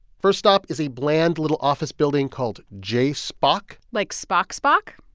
first stop is a bland, little office building called jspoc like spock spock?